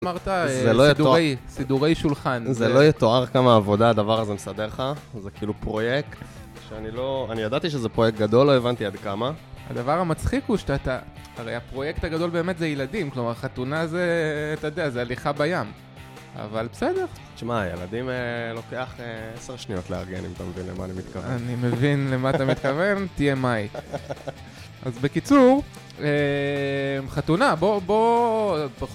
זה לא יתואר, סידורי שולחן, זה לא יתואר כמה עבודה הדבר הזה מסדר לך, זה כאילו פרויקט, שאני לא, אני ידעתי שזה פרויקט גדול, לא הבנתי עד כמה. הדבר המצחיק הוא שאתה, הרי הפרויקט הגדול באמת זה ילדים, כלומר חתונה זה, אתה יודע, זה הליכה בים, אבל בסדר. שמע, ילדים לוקח עשר שניות לארגן אם אתה מבין למה אני מתכוון. אני מבין למה אתה מתכוון, TMI. אז בקיצור, חתונה, בוא, בוא.